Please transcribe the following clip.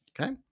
Okay